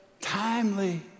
timely